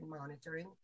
monitoring